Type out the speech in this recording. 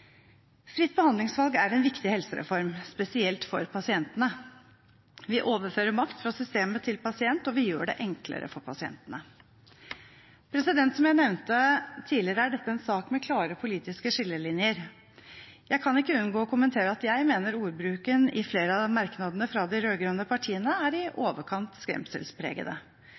Fritt behandlingsvalg er en viktig helsereform, spesielt for pasientene. Vi overfører makt fra systemet til pasientene, og vi gjør det enklere for pasientene. Som jeg nevnte tidligere, er dette en sak med klare politiske skillelinjer. Jeg kan ikke unngå å kommentere at jeg mener ordbruken i flere av merknadene fra de rød-grønne partiene er i